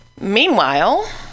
Meanwhile